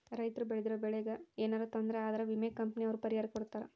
ರೈತರು ಬೆಳ್ದಿರೋ ಬೆಳೆ ಗೆ ಯೆನರ ತೊಂದರೆ ಆದ್ರ ವಿಮೆ ಕಂಪನಿ ಅವ್ರು ಪರಿಹಾರ ಕೊಡ್ತಾರ